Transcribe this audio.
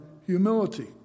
humility